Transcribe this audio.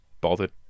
bothered